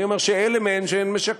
אני אומר שאלה מהן שמשקרות,